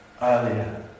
earlier